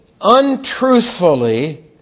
untruthfully